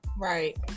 right